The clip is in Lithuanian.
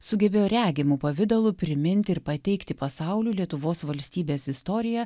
sugebėjo regimu pavidalu priminti ir pateikti pasauliui lietuvos valstybės istoriją